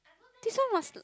this one must